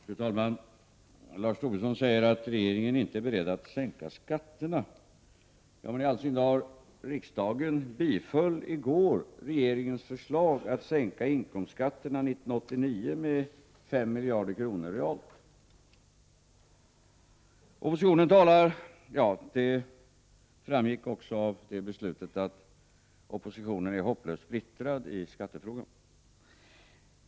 Fru talman! Lars Tobisson säger att regeringen inte är beredd att sänka skatterna. Men i all sin dar, riksdagen biföll ju i går regeringens förslag att sänka marginalskatterna 1989 med 5 miljarder kronor realt. Det framgick också av det beslutet att oppositionen är hopplöst splittrad i skattefrågan.